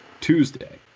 Tuesday